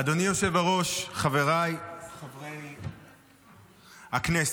אדוני היושב-ראש, חבריי חברי הכנסת,